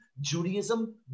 Judaism